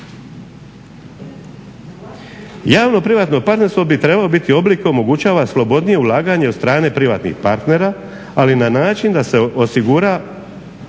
Javno-privatno partnerstvo bi trebao biti oblik koji omogućava slobodnije ulaganje od strane privatnih partnera, ali na način da se osigura